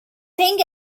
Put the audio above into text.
think